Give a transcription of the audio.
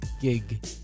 gig